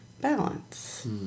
balance